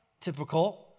typical